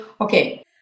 okay